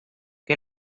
che